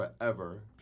forever